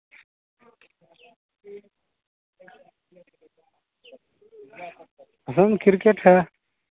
हम क्रिकेट है